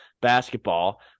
basketball